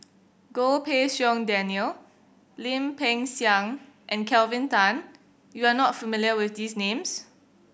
Goh Pei Siong Daniel Lim Peng Siang and Kelvin Tan you are not familiar with these names